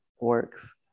works